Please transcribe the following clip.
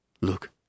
Look